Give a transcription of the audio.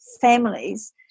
families